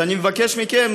אז אני מבקש מכם,